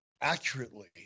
accurately